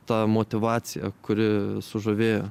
tą motyvaciją kuri sužavėjo